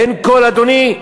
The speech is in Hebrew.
אין קול, אדוני.